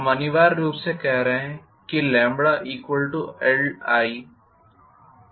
हम अनिवार्य रूप से कह रहे हैं कि Li